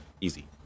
easy